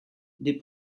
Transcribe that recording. des